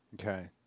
Okay